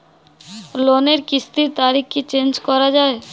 লোনের কিস্তির তারিখ কি চেঞ্জ করা যায়?